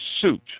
suit